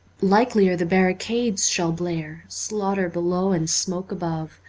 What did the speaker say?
likelier the barricades shall blare slaughter below and smoke above,